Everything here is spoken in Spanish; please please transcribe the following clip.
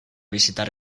visitar